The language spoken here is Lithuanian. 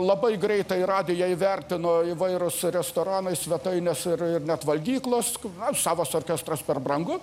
labai greitai radiją įvertino įvairūs restoranai svetainės ir ir net valgyklos savas orkestras per brangu